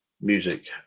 music